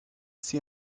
see